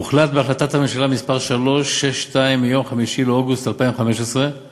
הוחלט בהחלטת הממשלה מס' 362 מיום 5 באוגוסט 2015 על